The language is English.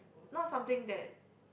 not something that